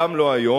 גם לא היום.